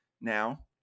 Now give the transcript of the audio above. now